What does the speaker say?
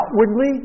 outwardly